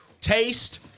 taste